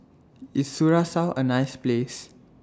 IS Curacao A nice Place